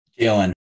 jalen